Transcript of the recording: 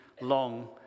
long